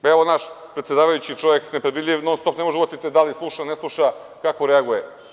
Pa, evo naš predsedavajući, čovek nepredvidljiv, non-stop, ne možete da uhvatite da li sluša ili ne sluša, kako reaguje.